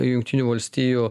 jungtinių valstijų